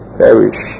perish